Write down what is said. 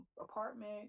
apartment